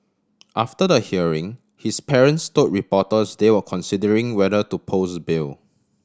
after the hearing his parents told reporters they were considering whether to pose bail